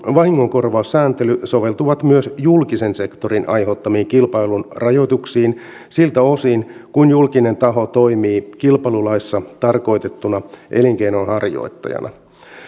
vahingonkorvaussääntely soveltuvat myös julkisen sektorin aiheuttamiin kilpailun rajoituksiin siltä osin kuin julkinen taho toimii kilpailulaissa tarkoitettuna elinkeinonharjoittajana